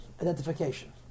identification